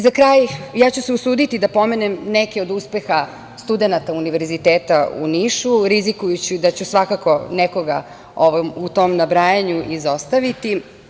Za kraj ja ću se usuditi da pomenem neke od uspehe studenata Univerziteta u Nišu, rizikujući da ću nekoga u tom nabrajanju izostaviti.